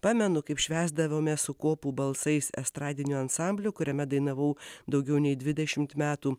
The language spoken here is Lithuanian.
pamenu kaip švęsdavome su kopų balsais estradiniu ansambliu kuriame dainavau daugiau nei dvidešimt metų